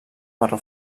marró